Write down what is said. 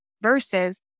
versus